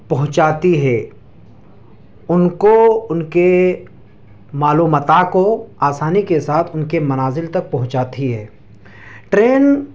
پہنچاتی ہے ان کو ان کے مال و متاع کو آسانی کے ساتھ ان کے منازل تک پہنچاتھی ہے ٹرین